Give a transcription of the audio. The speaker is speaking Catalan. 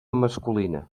masculina